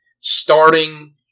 starting